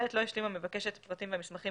לא השלים המבקש את הפרטים והמסמכים